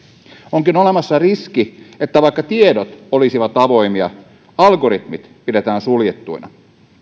onkin olemassa riski että vaikka tiedot olisivat avoimia algoritmit pidetään suljettuina